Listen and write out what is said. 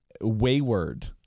wayward